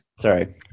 Sorry